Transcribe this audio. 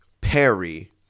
Perry